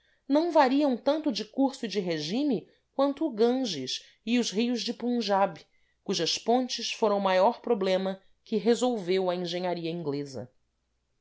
não variam tanto de curso e de regime quanto o ganges e os rios de punjab cujas pontes foram o maior problema que resolveu a engenharia inglesa